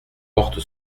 porte